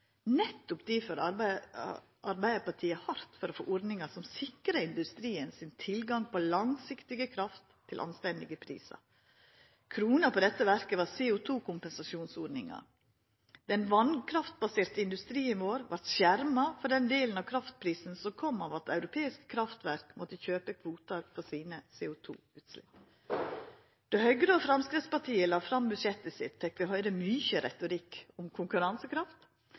Nettopp difor arbeidar Arbeidarpartiet hardt for å få ordningar som sikrar industrien sin tilgang på langsiktig kraft til anstendige prisar. Krona på dette verket var CO2-kompensasjonsordninga. Den vatnkraftbaserte industrien vår vart skjerma for den delen av kraftprisen som kom av at europeiske kraftverk måtte kjøpa kvotar for sine CO2-utslepp. Då Høgre og Framstegspartiet la fram budsjettet sitt, fekk vi høyra mykje retorikk om konkurransekraft,